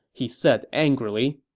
he said angrily.